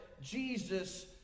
Jesus